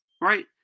right